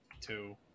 Two